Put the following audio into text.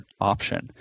option